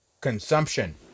consumption